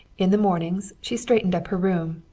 in the mornings she straightened up her room,